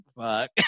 Fuck